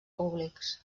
públics